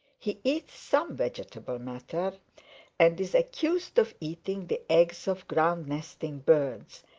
he eats some vegetable matter and is accused of eating the eggs of ground-nesting birds,